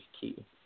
key